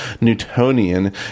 Newtonian